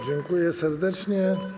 Dziękuję serdecznie.